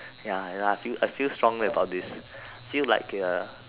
ya ya I feel I feel strongly about this feel like uh